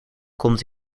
komt